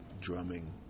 drumming